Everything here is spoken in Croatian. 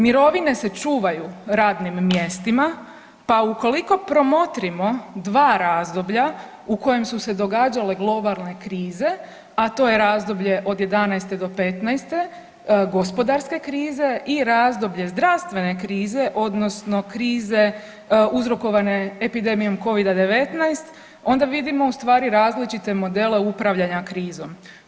Mirovine se čuvaju radnim mjestima, pa ukoliko promotrimo dva razdoblja u kojima su se događale globalne krize, a to je razdoblje od '11. do '15., gospodarske krize i razdoblje zdravstvene krize, odnosno krize uzrokovane epidemijom Covida-19, onda vidimo u stvari različite modele upravljanja krizom.